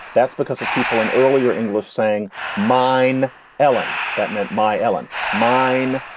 that's because of people in earlier english saying mine ellen, that meant my. ellen mine.